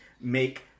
make